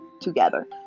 together